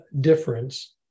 difference